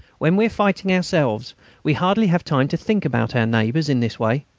when we are fighting ourselves we hardly have time to think about our neighbours in this way.